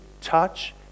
touch